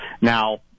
Now